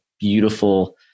beautiful